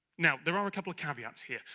now, there are a couple of caveats here.